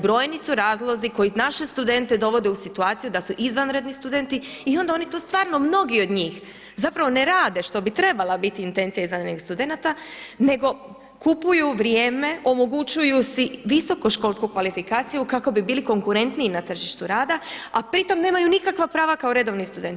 Brojni su razlozi koje naše studente dovode u situaciju da su izvanredni studenti i onda oni tu stvarno mnogi od njih zapravo ne rade što bi trebala biti intencija izvanrednih studenata, nego kupuju vrijeme, omogućuju si visokoškolsku kvalifikaciju kako bi bili konkurentniji na tržištu rada, a pritom nemaju nikakva prava kao redovni studenti.